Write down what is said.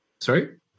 sorry